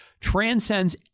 transcends